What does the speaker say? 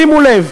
שימו לב,